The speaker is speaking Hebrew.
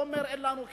הוא אומר: אין לנו כסף.